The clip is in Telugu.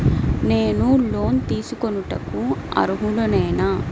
నేను లోన్ తీసుకొనుటకు అర్హుడనేన?